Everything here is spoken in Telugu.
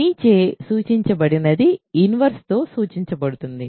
మీచే సూచించబడినది ఇన్వర్స్ తోసూచించబడుతుంది